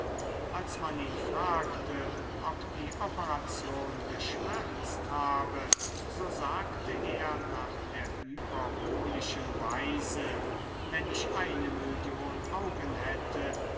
als man ihn fragte ob die operation geschmerzt habe so sagte er nach der hyperbolischen weise wenn ich eine million augen hätte